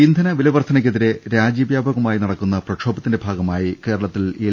ഇന്ധന വിലവർദ്ധനവിനെതിരെ രാജ്യവ്യാപകമായി നടക്കുന്ന പ്രക്ഷോഭത്തിന്റെ ഭാഗമായി കേരളത്തിൽ എൽ